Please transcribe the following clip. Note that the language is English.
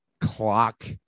clock